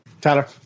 Tyler